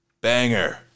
Banger